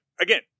again